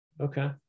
Okay